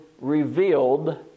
revealed